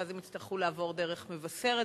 ואז הם יצטרכו לעבור דרך מבשרת,